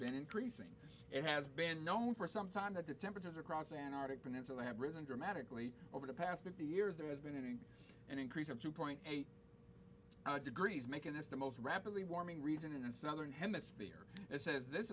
been increasing it has been known for some time that the temperatures across antarctic peninsula have risen dramatically over the past fifty years there has been an increase of two point eight degrees making this the most rapidly warming region in the southern hemisphere it says this